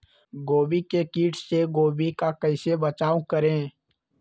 गोभी के किट से गोभी का कैसे बचाव करें?